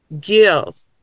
give